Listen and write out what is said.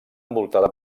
envoltada